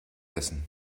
essen